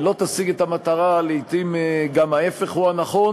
לא תשיג את המטרה, ולעתים גם ההפך הוא הנכון.